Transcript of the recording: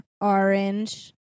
orange